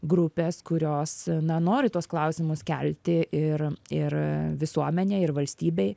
grupės kurios na nori tuos klausimus kelti ir ir visuomenei ir valstybei